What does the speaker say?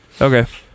Okay